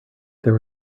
there